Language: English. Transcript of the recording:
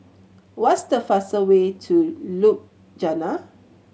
what is the fastest way to Ljubljana